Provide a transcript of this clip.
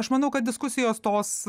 aš manau kad diskusijos tos